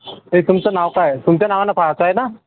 ते तुमचं नाव काय आहे तुमच्या नावानं पाहताय ना